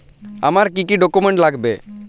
আমার কি কি ডকুমেন্ট লাগবে?